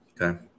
Okay